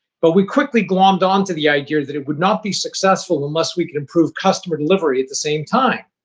but we quickly glommed onto the idea that it would not be successful unless we could improve customer delivery at the same time.